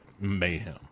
mayhem